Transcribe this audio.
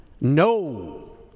No